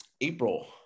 April